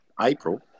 April